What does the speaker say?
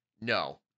No